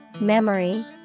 memory